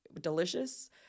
delicious